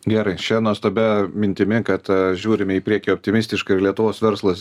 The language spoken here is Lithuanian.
gerai šia nuostabia mintimi kad žiūrime į priekį optimistiškai ir lietuvos verslas